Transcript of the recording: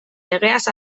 legeaz